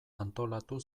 antolatu